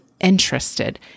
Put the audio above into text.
interested